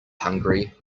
hungry